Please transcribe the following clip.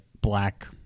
black